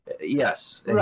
yes